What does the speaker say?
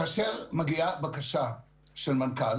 כאשר מגיעה בקשה של מנכ"ל